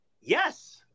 Yes